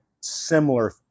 similar